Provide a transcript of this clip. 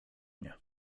nie